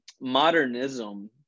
Modernism